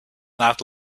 not